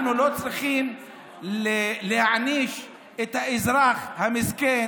אנחנו לא צריכים להעניש את האזרח המסכן,